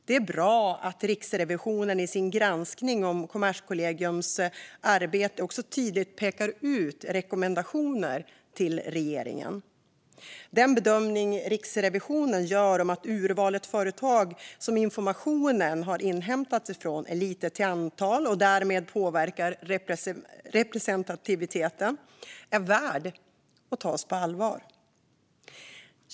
Det är bra att Riksrevisionen i sin granskning av Kommerskollegiums arbete tydligt pekar ut rekommendationer till regeringen. Den bedömning Riksrevisionen gör om att urvalet företag som informationen har inhämtats från är litet till antalet och därmed påverkar representativiteten är värd att ta på allvar.